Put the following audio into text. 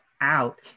out